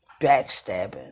backstabbing